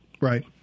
Right